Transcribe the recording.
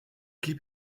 clip